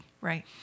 Right